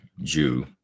Jew